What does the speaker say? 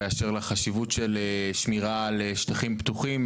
באשר לחשיבות של שמירה על שטחים פתוחים,